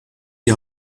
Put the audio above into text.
die